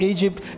Egypt